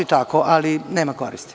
i tako, ali nema koristi.